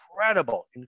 incredible